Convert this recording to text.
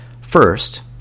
First